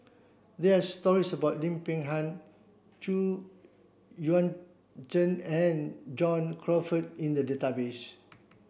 there stories about Lim Peng Han Xu Yuan Zhen and John Crawfurd in the database